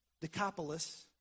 Decapolis